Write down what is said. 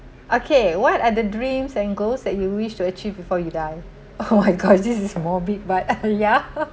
okay what are the dreams and goals that you wish to achieve before you die oh my gosh this is morbid but ya